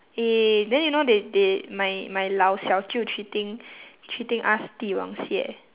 eh then you know they they my my 老小舅 treating treating us di wang xie